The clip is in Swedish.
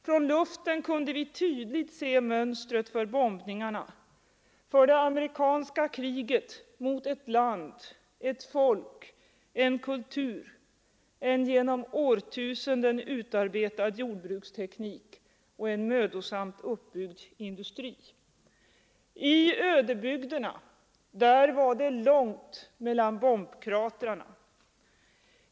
Från luften kunde vi tydligt se mönstret för bombningarna, för det amerikanska kriget mot ett land, ett folk, en kultur, en genom årtusenden utarbetad jordbruksteknik och en mödosamt uppbyggd industri. I ödebygderna var det långt mellan bombkratrarna.